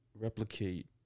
Replicate